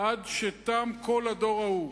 עד שתם כל הדור ההוא,